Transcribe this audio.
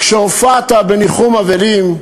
כשהופעת בניחום אבלים,